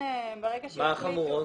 מה החמורות?